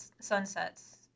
Sunsets